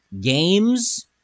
games